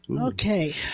okay